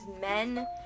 men